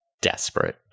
desperate